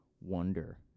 wonder